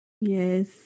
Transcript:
Yes